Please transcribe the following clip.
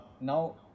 Now